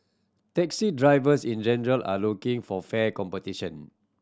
taxi drivers in general are looking for fair competition